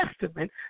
Testament